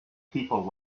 people